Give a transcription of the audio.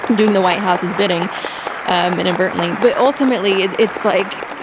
and doing the white house's bidding um inadvertently. but ultimately, it's like,